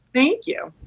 thank you.